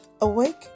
awake